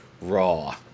Raw